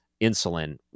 insulin